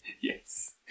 Yes